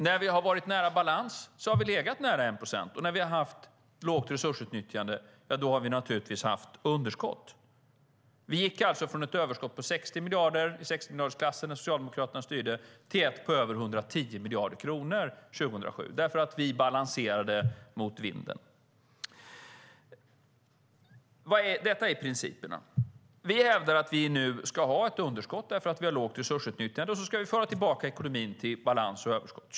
När vi har varit nära balans har vi legat nära 1 procent, och när vi har haft lågt resursutnyttjande har vi naturligtvis haft underskott. Vi gick alltså från ett överskott i 60-miljardersklassen när Socialdemokraterna styrde till ett på över 110 miljarder kronor 2007, för vi balanserade mot vinden. Detta är principerna. Vi hävdar att vi nu ska ha ett underskott därför att vi har lågt resursutnyttjande, och så ska vi föra tillbaka ekonomin till balans och överskott.